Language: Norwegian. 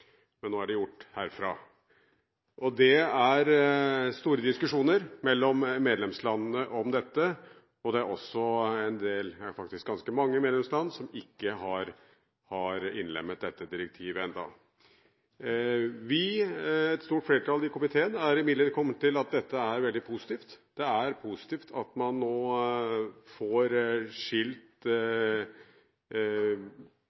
men nå er det gjort herfra. Det er store diskusjoner mellom medlemslandene om dette, og det er også en del, ja faktisk ganske mange, medlemsland som ikke har innlemmet dette direktivet ennå. Et stort flertall i komiteen er imidlertid kommet til at dette er veldig positivt. Det er positivt at man nå får skilt